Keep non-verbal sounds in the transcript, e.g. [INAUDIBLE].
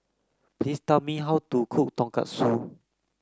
please tell me how to cook [NOISE] Tonkatsu